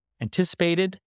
anticipated